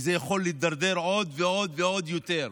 וזה יכול להידרדר עוד ועוד ועוד יותר.